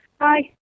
Hi